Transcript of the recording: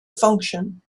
function